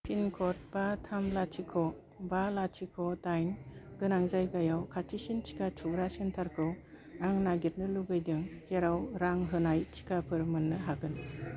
pin कड बा थाम लाथिख' बा लाथिख' डाइन गोनां जायगायाव खाथिसिन टिका थुग्रा सेन्टारखौ आं नागिरनो लुगैदों जेराव रां होनाय टिकाफोर मोन्नो हागोन